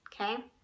okay